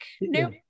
no